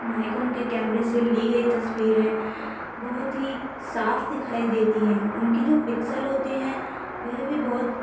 नायकोन के कैमरे से ली गई तस्वीरें बहुत ही साफ दिखाई देती हैं उनके जो पिक्सल होते हैं वह भी बहुत